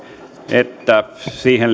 että siihen